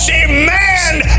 demand